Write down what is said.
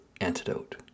Antidote